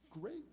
great